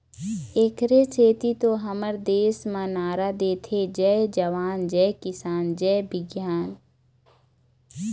एखरे सेती तो हमर देस म नारा देथे जय जवान, जय किसान, जय बिग्यान